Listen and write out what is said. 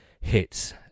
hits